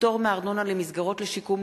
(פטור מארנונה למסגרות לשיקום,